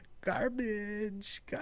garbage